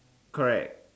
correct